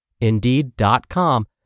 Indeed.com